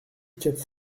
quatre